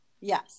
Yes